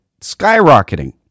skyrocketing